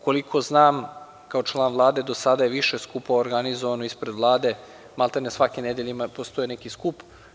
Koliko znam kao član Vlade do sada je više skupova organizovano ispred Vlade, maltene svake nedelje postoji neki skup.